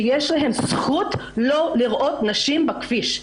ילדים שחושבים שיש להם זכות לא לראות נשים בכביש.